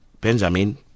Benjamin